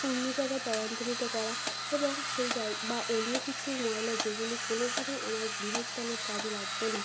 অন্য জায়গায় স্থানান্তরিত করা এবং সেই বা অন্য কিছু ময়লা যেগুলি কোনোভাবেই আমার গৃহস্থালির কাজে লাগবে না